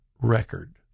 record